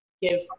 give